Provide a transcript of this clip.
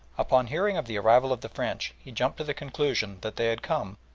upon hearing of the arrival of the french he jumped to the conclusion that they had come,